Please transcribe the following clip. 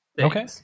Okay